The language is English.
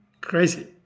Crazy